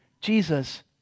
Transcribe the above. Jesus